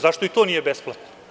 Zašto i to nije besplatno?